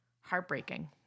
heartbreaking